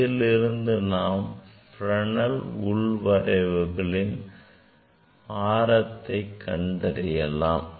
இதிலிருந்து நாம் Fresnel உள் வளைவுகளின் ஆரத்தை கண்டறியலாம்